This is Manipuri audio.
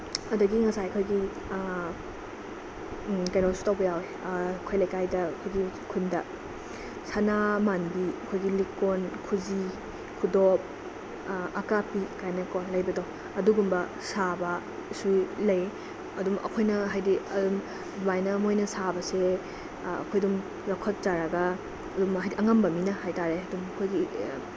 ꯑꯗꯒꯤ ꯉꯁꯥꯏ ꯑꯩꯈꯣꯏꯒꯤ ꯀꯩꯅꯣꯁꯨ ꯇꯧꯕ ꯌꯥꯎꯋꯦ ꯑꯩꯈꯣꯏ ꯂꯩꯀꯥꯏꯗ ꯑꯩꯈꯣꯏꯒꯤ ꯈꯨꯟꯗ ꯁꯅꯥ ꯃꯥꯟꯕꯤ ꯑꯩꯈꯣꯏꯒꯤ ꯂꯤꯛ ꯀꯣꯟ ꯈꯨꯖꯤ ꯈꯨꯗꯣꯞ ꯑꯀꯥꯞꯄꯤ ꯀꯥꯏꯅꯀꯣ ꯂꯩꯕꯗꯣ ꯑꯗꯨꯒꯨꯝꯕ ꯁꯥꯕꯁꯨ ꯂꯩ ꯑꯗꯨꯝ ꯑꯩꯈꯣꯏꯅ ꯍꯥꯏꯗꯤ ꯑꯗꯨꯃꯥꯏꯅ ꯃꯣꯏꯅ ꯁꯥꯕꯁꯦ ꯑꯩꯈꯣꯏ ꯑꯗꯨꯝ ꯂꯧꯈꯠꯆꯔꯒ ꯑꯗꯨꯝ ꯍꯥꯏꯗꯤ ꯑꯉꯝꯕ ꯃꯤꯅ ꯍꯥꯏ ꯇꯥꯔꯦ ꯑꯗꯨꯝ ꯑꯩꯈꯣꯏꯒꯤ